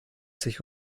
sich